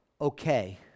okay